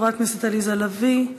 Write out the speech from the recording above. חברת הכנסת עליזה לביא,